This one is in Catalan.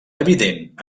evident